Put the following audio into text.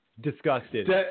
disgusted